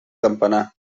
campanar